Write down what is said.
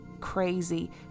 crazy